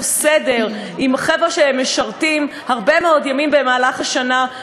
סדר לחבר'ה שמשרתים הרבה מאוד ימים במהלך השנה,